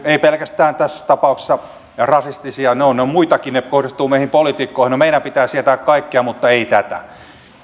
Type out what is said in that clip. eivät pelkästään tässä tapauksessa ole rasistisia ne ovat ne ovat muitakin mutta ne kohdistuvat meihin poliitikkoihin no meidän pitää sietää kaikkea mutta ei tätä